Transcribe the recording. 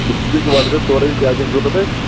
یہِ آرڈر گژھِ سورُے کیٛاہ کیٛاہ چھِ ضوٚرتھ اَسہِ